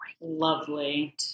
lovely